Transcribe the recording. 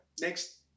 Next